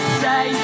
say